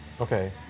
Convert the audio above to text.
Okay